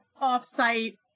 off-site